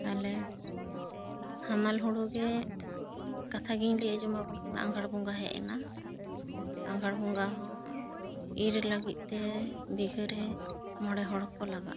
ᱛᱟᱦᱚᱞᱮ ᱦᱟᱢᱟᱞ ᱦᱳᱲᱳ ᱜᱮ ᱠᱟᱛᱷᱟ ᱜᱤᱧ ᱞᱟᱹᱭ ᱟᱸᱡᱚᱢ ᱟᱵᱚᱱ ᱠᱟᱱᱟ ᱟᱜᱷᱟᱸᱲ ᱵᱚᱸᱜᱟ ᱦᱮᱡ ᱮᱱᱟ ᱟᱜᱷᱟᱸᱲ ᱵᱚᱸᱜᱟ ᱦᱚᱸ ᱤᱨ ᱞᱟᱹᱜᱤᱫ ᱛᱮ ᱵᱤᱦᱟᱹ ᱨᱮ ᱢᱚᱬᱮ ᱦᱚᱲ ᱠᱚ ᱞᱟᱜᱟᱜᱼᱟ